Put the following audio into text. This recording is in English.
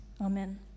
Amen